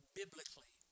biblically